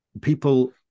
people